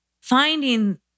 finding